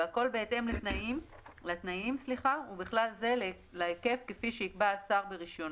והכול בהתאם לתנאים ובכלל זה להיקף כפי שיקבע השר ברישיונם.